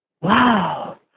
wow